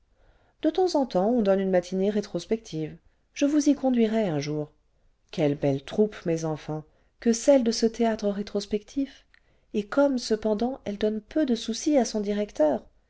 de temps en temps on donne une matinée rétrospective je vous y conduirai un jour quelle behe troupe mes enfants que celle de ce théâtre rétrospectif et comme cependant elle donne peu de soucis à son directeur